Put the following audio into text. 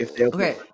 Okay